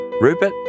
Rupert